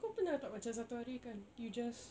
kau pernah tak macam satu hari kan you just